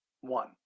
one